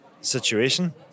situation